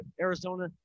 Arizona